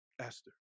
Esther